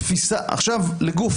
וכו'.